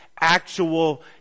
actual